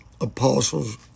apostles